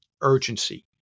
urgency